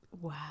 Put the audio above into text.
Wow